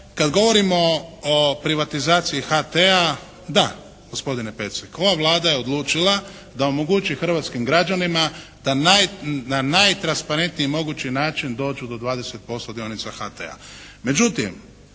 kad govorimo o privatizaciji HT-a, da gospodine Pecek, ova Vlada je odlučila da omogući hrvatskim građanima da na najtransparentniji mogući način dođu do 20% dionica HT-a.